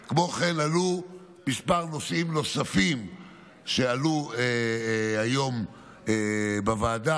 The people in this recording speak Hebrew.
כמו כן, היו כמה נושאים נוספים שעלו היום בוועדה.